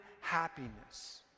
happiness